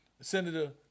Senator